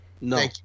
No